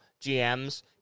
GMs